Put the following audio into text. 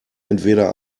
entweder